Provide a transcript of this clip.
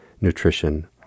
nutrition